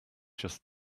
just